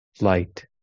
light